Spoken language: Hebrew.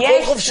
הכול חופשי.